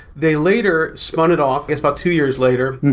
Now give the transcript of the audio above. they later spun it off, it's about two years later,